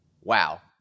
Wow